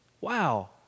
Wow